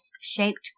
shaped